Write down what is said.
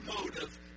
motive